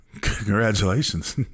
congratulations